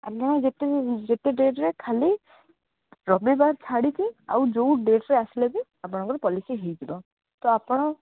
ଆପଣ ଯେତେ ଯେତେ ଡେରିରେ ଖାଲି ରବିବାର ଛାଡ଼ିକି ଆଉ ଯେଉଁ ଡେଟ୍ରେ ଆସିଲେ ବି ଆପଣଙ୍କର ପଲିସି ହେଇଯିବ ତ ଆପଣ